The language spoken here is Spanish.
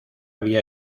había